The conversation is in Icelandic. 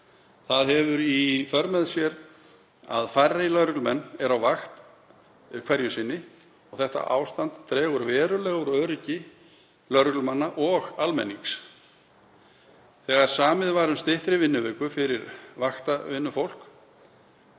Það hefur í för með sér að færri lögreglumenn eru á vakt hverju sinni. Þetta ástand dregur verulega úr öryggi lögreglumanna og almennings. Þegar samið var um styttri vinnuviku fyrir vaktavinnufólk